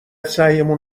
سعیمون